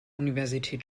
universität